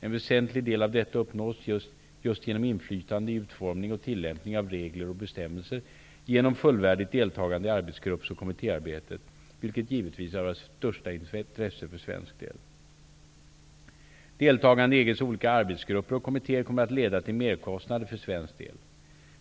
En väsentlig del av detta uppnås just genom inflytande i utformning och tillämpning av regler och bestämmelser genom fullvärdigt deltagande i arbetsgrupps och kommittéarbetet, vilket givetvis är av största intresse för svensk del. Deltagande i EG:s olika arbetsgrupper och kommittéer kommer att leda till merkostnader för svensk del.